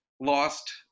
lost